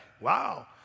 Wow